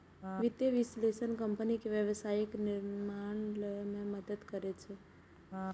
वित्तीय विश्लेषक कंपनी के व्यावसायिक निर्णय लए मे मदति करै छै